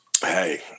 Hey